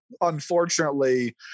unfortunately